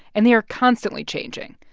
and they are constantly changing.